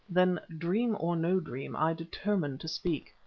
then, dream or no dream, i determined to speak.